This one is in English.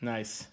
Nice